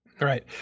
right